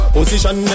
Position